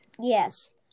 Yes